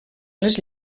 les